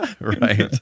right